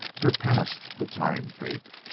there passed the time-tape.